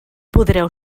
podreu